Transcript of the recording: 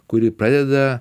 kuri pradeda